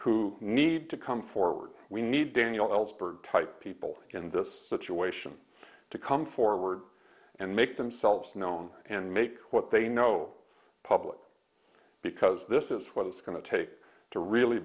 who need to come forward we need daniel ellsberg type people in this situation to come forward and make themselves known and make what they know public because this is what it's going to take to really